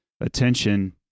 attention